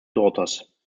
daughters